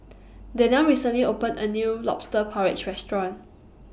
Daniele recently opened A New Lobster Porridge Restaurant